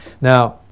Now